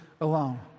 alone